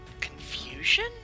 Confusion